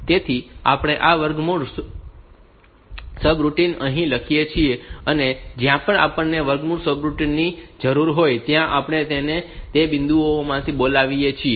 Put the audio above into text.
તેથી આપણે આ વર્ગમૂળ રૂટિંન અહીં લખીએ છીએ અને જ્યાં પણ આપણને આ વર્ગમૂળ રૂટિનની જરૂર હોય ત્યાં આપણે તેને તે બિંદુઓથી બોલાવીએ છીએ